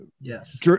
Yes